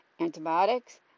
antibiotics